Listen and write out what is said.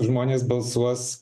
žmonės balsuos